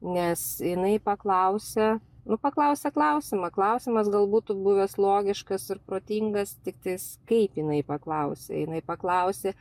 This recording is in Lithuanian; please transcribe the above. nes jinai paklausė nu paklausė klausimą klausimas gal būtų buvęs logiškas ir protingas tiktais kaip jinai paklausė jinai paklausė